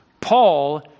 Paul